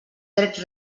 drets